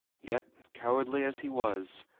yet, cowardly as he was,